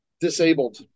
disabled